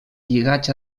lligats